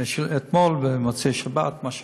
אתמול ובמוצאי-שבת, מה שהראו,